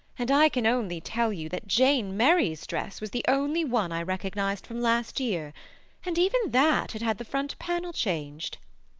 and i can only tell you that jane merry's dress was the only one i recognised from last year and even that had had the front panel changed.